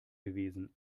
gewesen